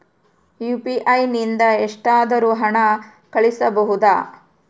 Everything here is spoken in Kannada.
ಯು.ಪಿ.ಐ ನಿಂದ ಎಷ್ಟಾದರೂ ಹಣ ಕಳಿಸಬಹುದಾ?